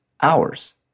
hours